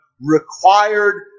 required